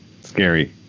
scary